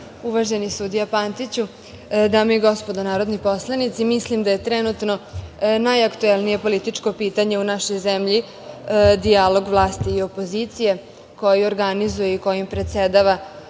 uvaženi sudija Pantiću, dame i gospodo narodni poslanici, mislim da je trenutno najaktuelnije političko pitanje u našoj zemlji dijalog vlasti i opozicije kojim organizuje i kojim predsedava